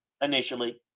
initially